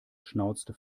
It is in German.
schnauzte